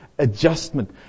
adjustment